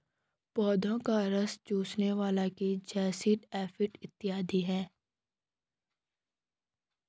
पौधों का रस चूसने वाले कीट जैसिड, एफिड इत्यादि हैं